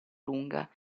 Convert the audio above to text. lunga